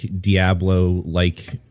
Diablo-like